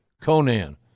Conan